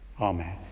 Amen